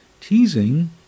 Teasing